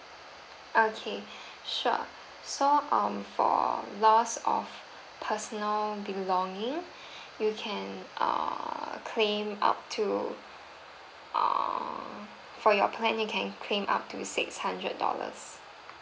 okay sure so um for loss of personal belonging you can err claim up to err for your plan you can claim up to six hundred dollars